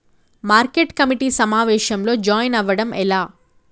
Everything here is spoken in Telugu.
మార్కెట్ కమిటీ సమావేశంలో జాయిన్ అవ్వడం ఎలా?